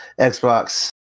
Xbox